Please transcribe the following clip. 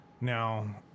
now